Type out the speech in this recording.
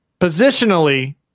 Positionally